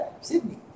Sydney